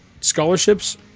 scholarships